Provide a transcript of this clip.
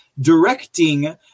directing